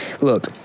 Look